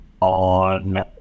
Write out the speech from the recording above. On